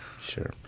Sure